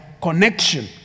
connection